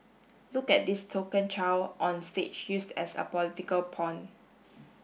look at this token child on stage used as a political pawn